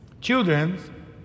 Children